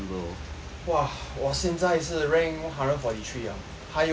!wah! 我现在是 rank hundred and forty three ah 还有